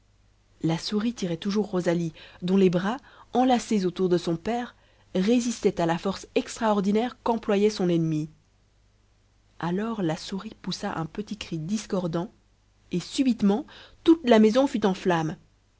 la souris tirait toujours rosalie dont les bras enlacés autour de son père résistaient à la force extraordinaire qu'employait son ennemie alors la souris poussa un petit cri discordant et subitement toute la maison fut